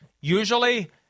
usually